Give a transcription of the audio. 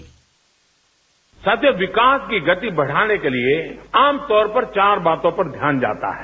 bite सधे विकास की गति बढ़ाने के लिए आम तौर पर चार बातों पर ध्यानि जाता है